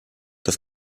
das